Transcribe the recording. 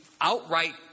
outright